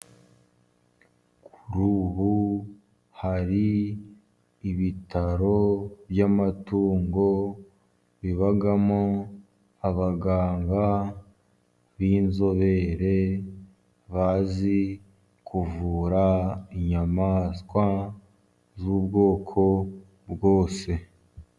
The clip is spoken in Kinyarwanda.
Kuri ubu hari ibitaro by'amatungo bibamo abaganga b'inzobere, bazi kuvura inyamaswa z'ubwoko bwose.